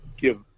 give